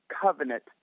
covenant